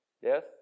Yes